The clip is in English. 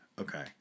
okay